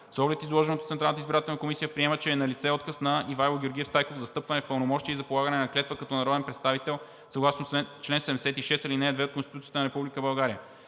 избирателна комисия приема, че е налице отказ на Ивайло Георгиев Стайков за встъпване в пълномощия и за полагане на клетва като народен представител съгласно чл. 76, ал. 2 от Конституцията на Република България.